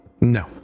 no